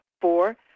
Four